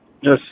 Yes